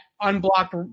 unblocked